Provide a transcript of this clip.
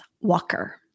Walker